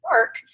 work